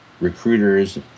recruiters